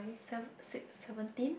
seven six seventeen